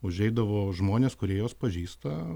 užeidavo žmonės kurie juos pažįsta